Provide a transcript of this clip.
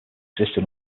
existed